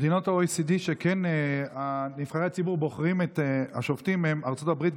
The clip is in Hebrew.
מדינות ה-OECD שבהן נבחרי הציבור בוחרים את השופטים הן ארצות הברית,